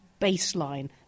baseline